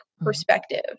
perspective